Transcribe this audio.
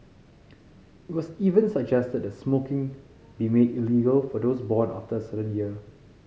it was even suggested that smoking be made illegal for those born after a certain year